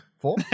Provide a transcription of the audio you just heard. four